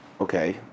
okay